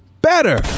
better